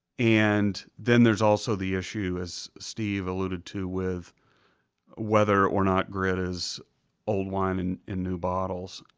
and then there's also the issue, as steve alluded to, with whether or not grit is old wine and in new bottles.